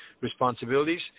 responsibilities